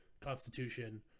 Constitution